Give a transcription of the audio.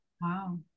Wow